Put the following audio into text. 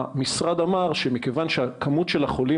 המשרד אמר שמכיוון שהכמות של החולים